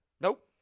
Nope